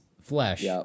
flesh